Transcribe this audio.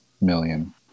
million